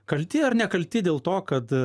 kalti ar nekalti dėl to kad